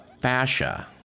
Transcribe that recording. fascia